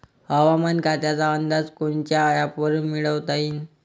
हवामान खात्याचा अंदाज कोनच्या ॲपवरुन मिळवता येईन?